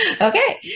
Okay